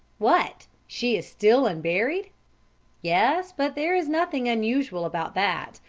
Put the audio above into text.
what she is still unburied? yes but there is nothing unusual about that.